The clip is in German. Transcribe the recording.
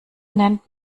nennt